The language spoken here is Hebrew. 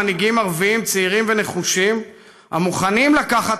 מנהיגים ערבים צעירים ונחושים המוכנים לקחת